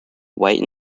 white